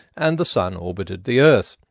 and the sun orbited the earth.